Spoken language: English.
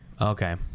Okay